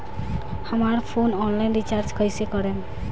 हमार phone online recharge कईसे करेम?